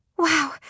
Wow